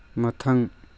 ꯃꯊꯪ